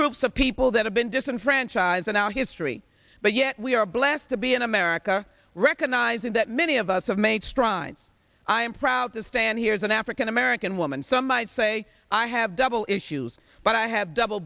groups of people that have been disenfranchised in our history but yet we are blessed to be in america recognizing that many of us have made strides i am proud to stand here as an african american woman some might say i have double issues but i have double